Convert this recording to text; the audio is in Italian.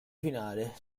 finale